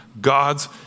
God's